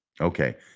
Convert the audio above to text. Okay